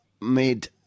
made